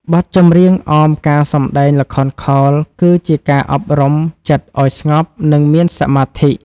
បទចម្រៀងអមការសម្ដែងល្ខោនខោល គឺជាការអប់រំចិត្តឱ្យស្ងប់ និងមានសមាធិ។